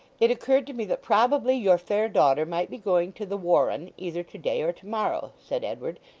it occurred to me that probably your fair daughter might be going to the warren, either to-day or to-morrow said edward,